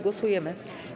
Głosujemy.